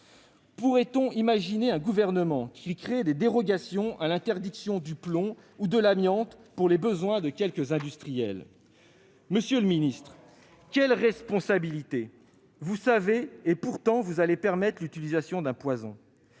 Imaginerait-on un gouvernement qui créerait des dérogations à l'interdiction du plomb ou de l'amiante pour les besoins de quelques industriels ? Monsieur le ministre, quelle responsabilité ! Vous savez et pourtant vous allez permettre l'utilisation d'un poison.